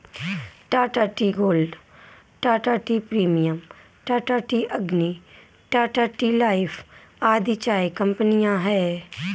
Tata tea gold, Tata tea premium, Tata tea Agni, Tata tea life आदि चाय कंपनियां है